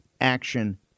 action